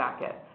Jacket